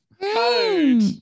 code